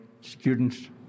students